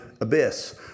abyss